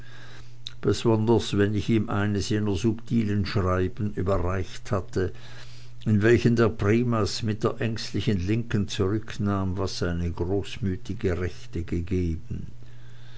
besonders wenn ich ihm eines jener subtilen schreiben überreicht hatte in welchen der primas mir der ängstlichen linken zurücknahm was seine großmütige rechte gegeben